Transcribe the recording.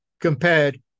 compared